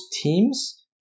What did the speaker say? teams